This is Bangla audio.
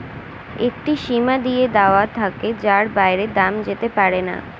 একটি সীমা দিয়ে দেওয়া থাকে যার বাইরে দাম যেতে পারেনা